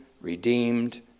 redeemed